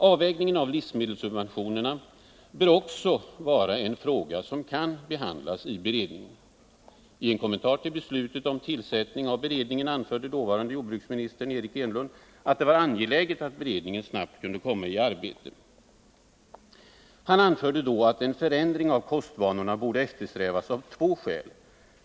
Avvägningen av livsmedelssubventionerna bör också vara en fråga som kan behandlas i beredningen. I en kommentar till beslutet om tillsättning av beredningen anförde dåvarande jordbruksministern Eric Enlund att det var angeläget att beredningen snart kunde komma i arbete. Han anförde att en förändring av kostvanorna borde eftersträvas av två skäl.